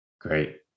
Great